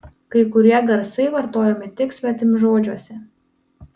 kai kurie garsai vartojami tik svetimžodžiuose